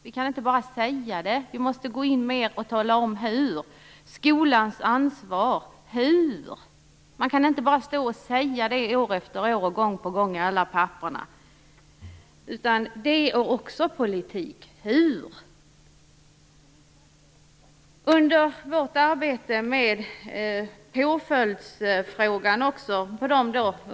Vi kan inte bara säga så - vi måste gå in och tala om hur det skall gå till. Detsamma gäller vårt tal om skolans ansvar. Man kan inte bara tala om det år efter år och gång efter gång i alla papper. Att tala om hur man gör det är också politik.